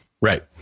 Right